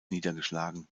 niedergeschlagen